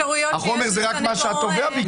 החומר זה רק מה שהתובע ביקש.